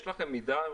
יש לכם מידע?